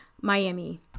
Miami